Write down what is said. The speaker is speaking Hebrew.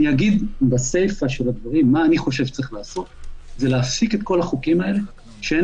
אני חושב שצריך להפסיק את כל החוקים האלה שאין